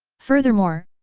furthermore,